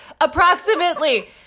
approximately